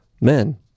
men